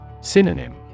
Synonym